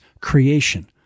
creation